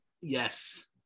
Yes